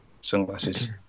Sunglasses